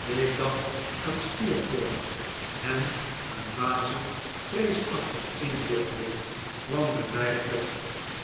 ik dacht aan steerforth en een dwaze vreesachtige inbeelding kwam bij mij op